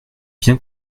bien